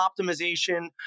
optimization